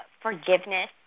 forgiveness